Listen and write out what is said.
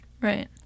Right